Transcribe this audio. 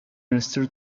minister